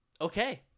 Okay